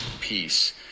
peace